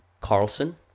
Carlson